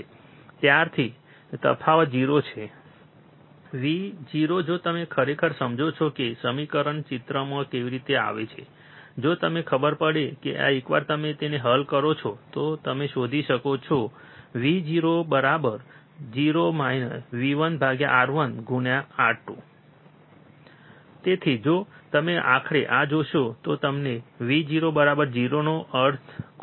ત્યારથી તફાવત 0 છે Vo જો તમે ખરેખર સમજો છો કે સમીકરણ ચિત્રમાં કેવી રીતે આવે છે જો તમને ખબર પડે કે એકવાર તમે તેને હલ કરો તો તમે શોધી શકો છો Vo 0 V1R1R2 તેથી જો તમે આખરે આ જોશો તો તમને Vo0 નો કોઈ અર્થ નથી